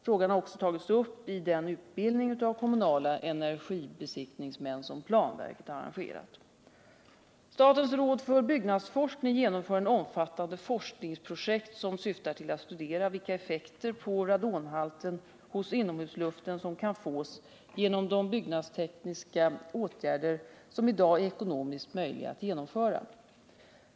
Frågan har också tagits upp i den utbildning av kommunala energibesiktningsmän som planverket arrangerat. Statens råd för byggnadsforskning genomför ett omfattande forskningsprojekt som syftar till att studera vilka effekter på radonhalten hos inomhusluften som kan fås genom de byggnadstekniska åtgärder som i dag är ekonomiskt möjliga att genomföra.